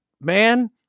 man